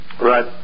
Right